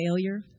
failure